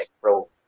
pro